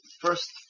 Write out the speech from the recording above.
first